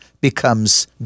becomes